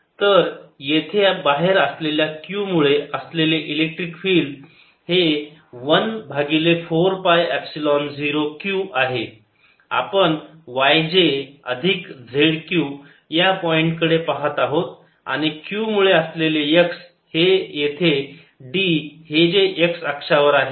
तर येथे बाहेर असलेल्या q मुळे असलेले इलेक्ट्रिक फिल्ड हे 1 भागिले 4 पाय एपसिलोन 0 q आहे आपण y j अधिक z q या पॉईंट कडे पाहत आहोत आणि q मुळे असलेले x येथे D हे जे x अक्षावर आहे